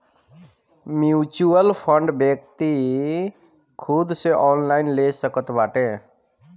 mutual fund व्यक्ति खुद से ऑनलाइन ले सकत बाटे